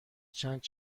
چند